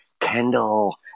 Kendall